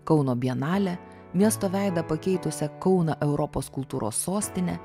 kauno bienalę miesto veidą pakeitusią kauną europos kultūros sostinę